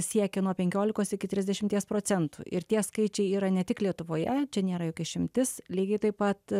siekia nuo penkiolikos iki trisdešimties procentų ir tie skaičiai yra ne tik lietuvoje čia nėra jokia išimtis lygiai taip pat